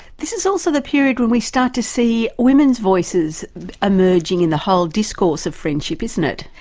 this is also the period when we start to see women's voices emerging in the whole discourse of friendship, isn't it?